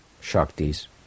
Shakti's